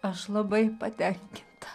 aš labai patenkinta